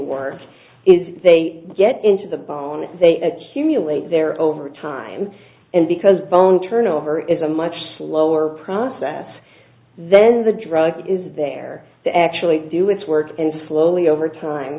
were is they get into the bone they humiliate their over time and because bone turnover is a much slower process then the drug is there to actually do its work and slowly over time